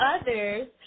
others